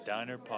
Diner